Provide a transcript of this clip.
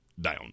down